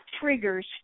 triggers